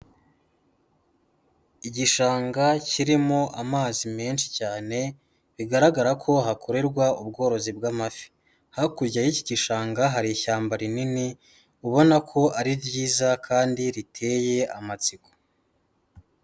Igishanga kirimo amazi menshi cyane bigaragara ko hakorerwa ubworozi bw'amafi, hakurya y'iki gishanga hari ishyamba rinini ubona ko ari ryiza kandi riteye amatsiko.